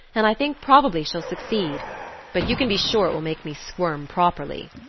and i think probably she'll succeed but you can be sure it will make me squirm properly.